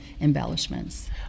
embellishments